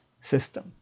system